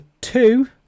two